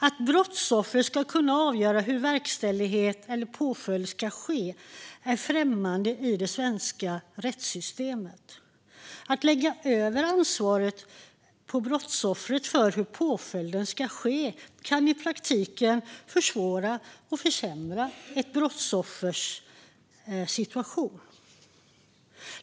Att brottsoffer ska kunna avgöra hur verkställighet eller påföljd ska ske är främmande i det svenska rättssystemet. Att lägga över ansvaret på brottsoffret för hur påföljden ska ske kan i praktiken försvåra och försämra ett brottsoffers situation.